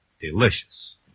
delicious